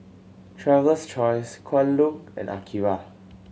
Traveler's Choice Kwan Loong and Akira